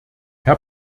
herr